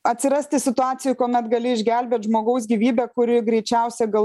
atsirasti situacijoj kuomet gali išgelbėt žmogaus gyvybę kuri greičiausia gal